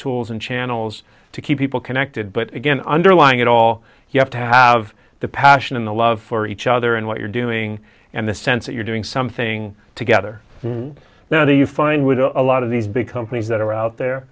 tools and channels to keep people connected but again underlying it all you have to have the passion and the love for each other and what you're doing and the sense that you're doing something together now that you find would know a lot of these big companies that are out